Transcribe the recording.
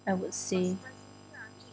I would say